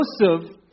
Joseph